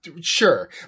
Sure